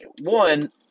one